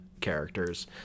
characters